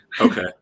Okay